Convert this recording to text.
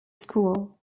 school